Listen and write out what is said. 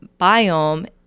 biome